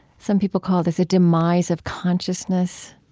some people call this a demise of consciousness.